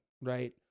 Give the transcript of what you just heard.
Right